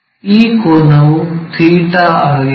ಈ ಕೋನವು ಥೀಟಾ ϴ ಆಗಿದೆ